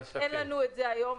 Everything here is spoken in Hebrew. אין לנו את זה היום.